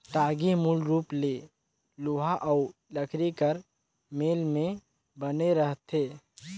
टागी मूल रूप ले लोहा अउ लकरी कर मेल मे बने रहथे